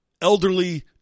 elderly